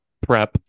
prep